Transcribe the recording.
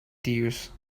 dears